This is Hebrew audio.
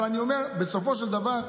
אבל אני אומר שבסופו של דבר,